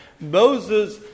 Moses